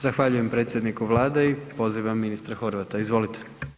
Zahvaljujem predsjedniku vlade i pozivam ministra Horvata, izvolite.